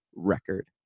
record